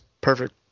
perfect